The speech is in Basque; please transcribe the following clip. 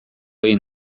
egin